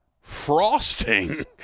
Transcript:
frosting